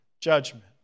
judgment